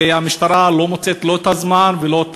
והמשטרה לא מוצאת לא את הזמן ולא את